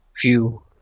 view